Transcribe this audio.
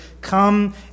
come